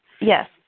Yes